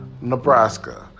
Nebraska